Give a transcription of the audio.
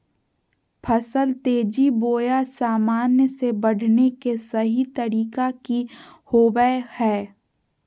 फसल तेजी बोया सामान्य से बढने के सहि तरीका कि होवय हैय?